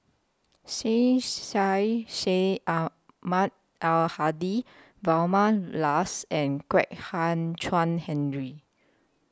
Syed Sheikh Syed Ahmad Al Hadi Vilma Laus and Kwek Hian Chuan Henry